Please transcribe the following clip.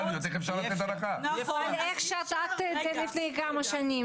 אבל איך שתקת לפני כמה שנים,